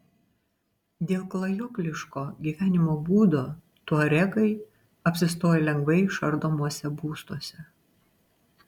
dėl klajokliško gyvenimo būdo tuaregai apsistoja lengvai išardomuose būstuose